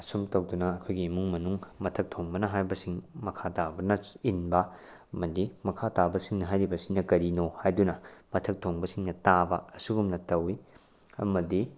ꯑꯁꯨꯝ ꯇꯧꯗꯨꯅ ꯑꯩꯈꯣꯏꯒꯤ ꯏꯃꯨꯡ ꯃꯅꯨꯡ ꯃꯊꯛꯊꯣꯡꯕꯅ ꯍꯥꯏꯕꯁꯤꯡ ꯃꯈꯥ ꯇꯥꯕꯅ ꯏꯟꯕ ꯑꯃꯗꯤ ꯃꯈꯥ ꯇꯥꯕꯁꯤꯡꯅ ꯍꯥꯏꯔꯤꯕꯁꯤꯅ ꯀꯔꯤꯅꯣ ꯍꯥꯏꯗꯨꯅ ꯃꯊꯛ ꯊꯣꯡꯕꯁꯤꯡꯅ ꯇꯥꯕ ꯑꯁꯤꯒꯨꯝꯅ ꯇꯧꯏ ꯑꯃꯗꯤ